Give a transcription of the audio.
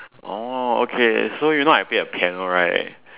oh okay so you know I play a piano right